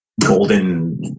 Golden